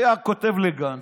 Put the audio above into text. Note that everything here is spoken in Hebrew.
היה כותב לגנץ: